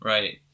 Right